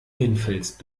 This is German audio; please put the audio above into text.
hinfällst